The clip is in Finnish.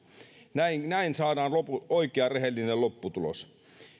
näin näin saadaan oikea rehellinen lopputulos